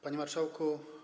Panie Marszałku!